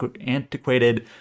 antiquated